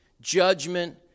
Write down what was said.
judgment